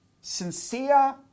sincere